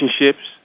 relationships